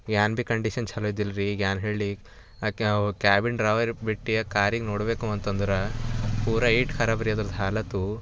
ಏನ್ ಭಿ ಕಂಡಿಷನ್ ಛಲೋ ಇದ್ದಿಲ್ಲರೀ ಏನ್ ಹೇಳಲಿ ಆ ಕ್ಯಾಬಿನ್ ಡ್ರಾವರಿಗೆ ಬಿಟ್ಟು ಕಾರಿಗೆ ನೋಡ್ಬೇಕು ಅಂತಂದ್ರೆ ಪೂರಾ ಏಟು ಖರಾಬರಿ ಅದರ್ದು ಹಾಲತ್ತು